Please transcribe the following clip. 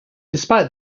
despite